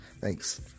Thanks